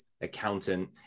accountant